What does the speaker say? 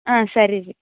ಹಾಂ ಸರಿ ರೀ